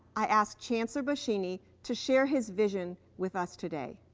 i ask chancellor boschini to share his vision with us today.